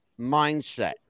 mindset